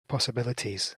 possibilities